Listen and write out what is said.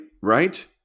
Right